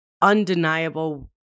undeniable